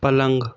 पलंग